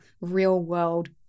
real-world